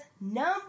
number